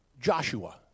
Joshua